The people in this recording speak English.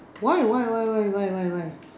why why why why why why why